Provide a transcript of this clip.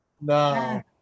No